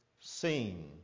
seen